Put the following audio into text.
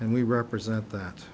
and we represent that